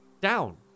down